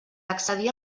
accedir